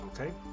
Okay